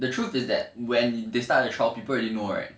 the truth is that when they start a trial people already know right